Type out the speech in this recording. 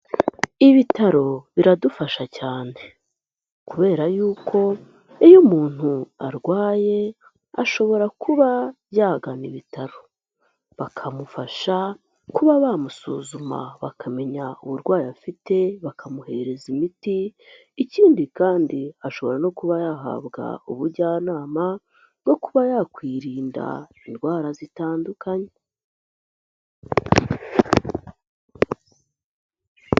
Ibitaro biradufasha cyane kubera yuko iyo umuntu arwaye ashobora kuba yagana ibitaro bakamufasha kuba bamusuzuma bakamenya uburwayi afite bakamuhereza imiti, ikindi kandi ashobora no kuba yahabwa ubujyanama bwo kuba yakwirinda indwara zitandukanye.